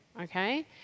okay